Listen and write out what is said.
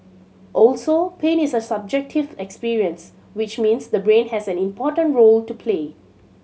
also pain is a subjective experience which means the brain has an important role to play